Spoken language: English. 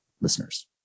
listeners